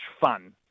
fun